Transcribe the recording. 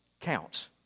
counts